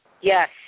Yes